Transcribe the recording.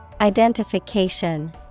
identification